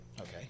Okay